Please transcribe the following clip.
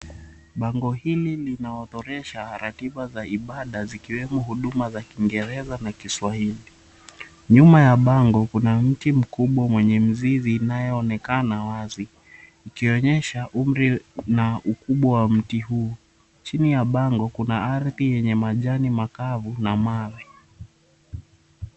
Bango hili linaorodhesha ratiba za ibada ikiwemo huduma za kingereza na kiswahili. Nyuma ya bango kuna mti mkubwa mwenye mizizi inayoonekana wazi ikionyesha umri na ukubwa wa mti huu. Chini ya bando kuna ardhi yenye majani makavu na mawe.